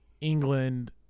England